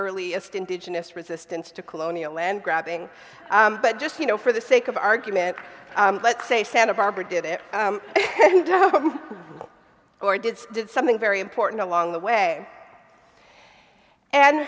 earliest indigenous resistance to colonial land grabbing but just you know for the sake of argument let's say santa barbara did it or did did something very important along the way and